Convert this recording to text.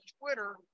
Twitter